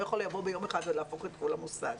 יכול לבוא ביום אחד ולהפוך את כל המוסד.